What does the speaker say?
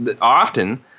often